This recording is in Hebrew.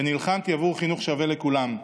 ונלחמתי עבור חינוך שווה לכולם.